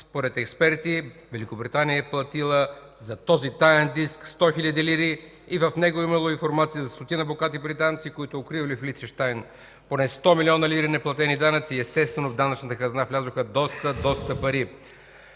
Според експерти Великобритания е платила за този таен диск 100 хил. лири и в него имало информация за стотина богати британци, които укривали в Лихтенщайн поне 100 млн. лири неплатени данъци и, естествено, в данъчната хазна влязоха доста, доста пари.